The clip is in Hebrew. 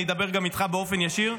אני אדבר גם איתך באופן ישיר,